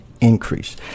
increase